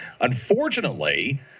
Unfortunately